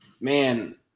Man